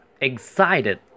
Excited